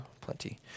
plenty